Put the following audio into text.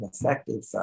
effective